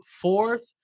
Fourth